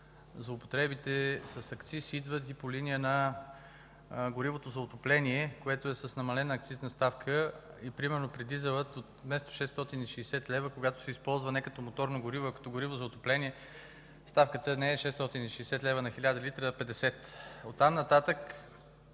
злоупотребите с акциз идват и по линия на горивото за отопление, което е с намалена акцизна ставка. Примерно при дизела вместо 660 лв., когато се използва не като моторно гориво, а като гориво за отопление, ставката не е 660 лв. на 1000 литра, а 50 лв.